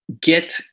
get